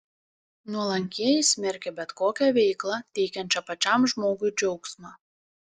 nuolankieji smerkė bet kokią veiklą teikiančią pačiam žmogui džiaugsmą